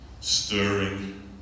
stirring